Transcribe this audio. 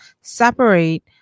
separate